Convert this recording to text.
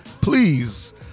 Please